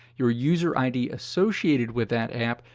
your user id associated with that app,